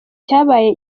cyabaye